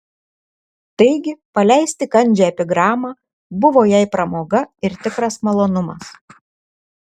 taigi paleisti kandžią epigramą buvo jai pramoga ir tikras malonumas